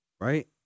Right